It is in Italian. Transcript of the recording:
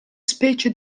specie